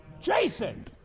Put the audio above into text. jason